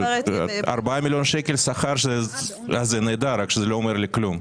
4 מיליון שקל שכר זה נהדר אבל זה לא אומר כלום.